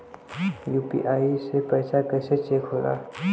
UPI से पैसा कैसे चेक होला?